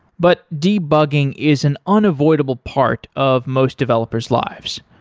but debugging is an unavoidable part of most developers' lives.